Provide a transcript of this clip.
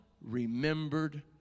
remembered